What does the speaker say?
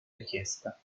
richiesta